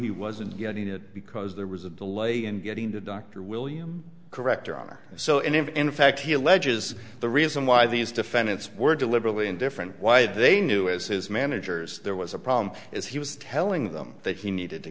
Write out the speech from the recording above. he wasn't getting it because there was a delay in getting to dr william correct your honor so in in fact he alleges the reason why these defendants were deliberately indifferent why they knew as his managers there was a problem is he was telling them that he needed to